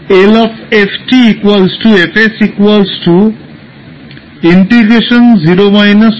s কি